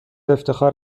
افتخار